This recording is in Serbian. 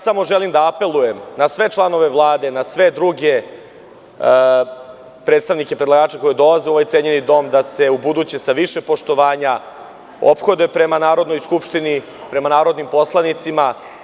Samo želim da apelujem na sve članove Vlade, na sve druge predstavnike predlagača koji dolaze u ovaj cenjeni dom da se ubuduće sa više poštovanja ophode prema Narodnoj skupštini, prema narodnim poslanicima.